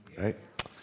right